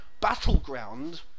Battleground